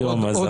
היום.